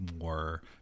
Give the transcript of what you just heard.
more